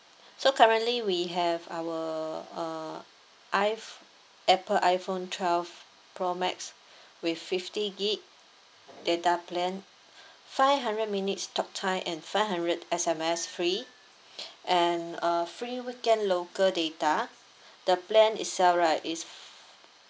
so currently we have our uh i~ apple iphone twelve pro max with fifty gig data plan five hundred minutes talk time and five hundred S_M_S free and uh free weekend local data the plan itself right is